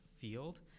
field